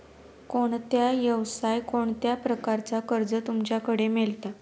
कोणत्या यवसाय कोणत्या प्रकारचा कर्ज तुमच्याकडे मेलता?